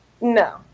No